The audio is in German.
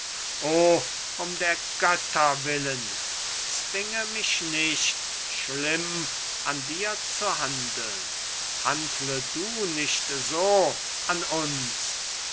um der götter willen zwinge mich nicht schlimm an dir zu handeln handle du nicht so an uns